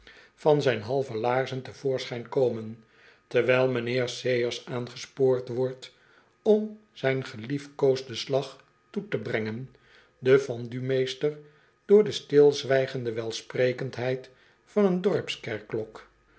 van zijn halve een reiziger die geen handel drijft laarzen te voorschijn komen terwijl mijnheer sayers aangespoord wordt om zijn geliefkoosden slag toe te brengen de vendumeester door de stilzwijgende welsprekendheid van een dorpskerkklok